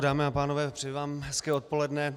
Dámy a pánové, přeji vám hezké odpoledne.